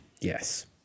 Yes